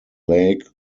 lake